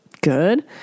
Good